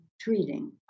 treating